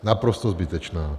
Naprosto zbytečná.